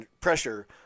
pressure